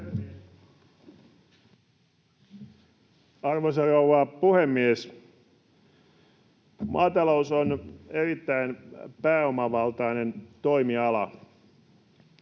Arvoisa rouva puhemies! Maata-lous on erittäin pääomavaltainen toimiala.